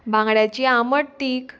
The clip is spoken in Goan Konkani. बांगड्याची आमट तीख